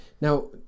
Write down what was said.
Now